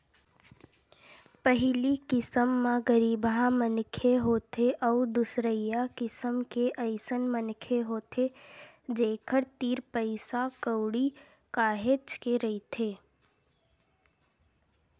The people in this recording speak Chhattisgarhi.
पहिली किसम म गरीबहा मनखे होथे अउ दूसरइया किसम के अइसन मनखे होथे जेखर तीर पइसा कउड़ी काहेच के रहिथे